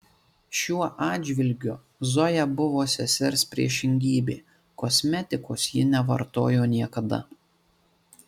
šiuo atžvilgiu zoja buvo sesers priešingybė kosmetikos ji nevartojo niekada